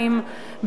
"בצלאל",